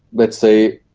let's say,